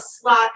slot